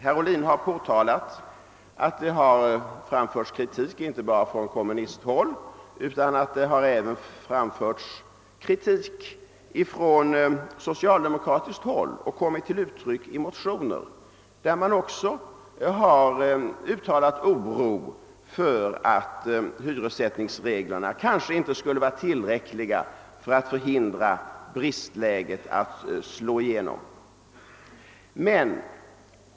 Herr Ohlin har påtalat att det har framförts kritik inte bara från kommunisthåll utan även från socialdemokratiskt håll, som kommit till uttryck i motioner i vilka man har uttalat oro för att hyressättningsreglerna kanske inte skulle vara tillräckliga för att förhindra bristläget att slå igenom.